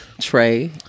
Trey